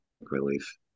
relief